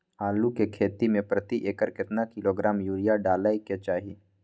आलू के खेती में प्रति एकर केतना किलोग्राम यूरिया डालय के चाही?